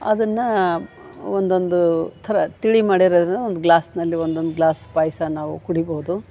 ಅದನ್ನು ಒಂದೊಂದು ಥರ ತಿಳಿ ಮಾಡಿರೋದ್ನ ಒಂದು ಗ್ಲಾಸ್ನಲ್ಲಿ ಒಂದೊಂದು ಗ್ಲಾಸ್ ಪಾಯಸ ನಾವು ಕುಡಿಬೌದು